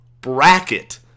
bracket